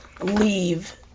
leave